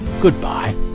Goodbye